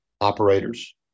operators